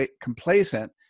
complacent